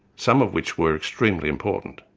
some of which were extremely important.